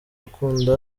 akunda